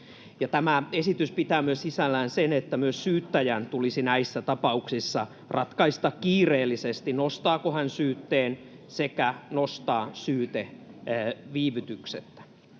tämä esitys pitää sisällään myös sen, että myös syyttäjän tulisi näissä tapauksissa ratkaista kiireellisesti, nostaako hän syytteen, sekä nostaa syyte viivytyksettä.